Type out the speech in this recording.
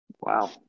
Wow